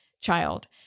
child